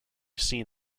seen